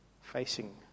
facing